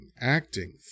acting